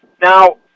Now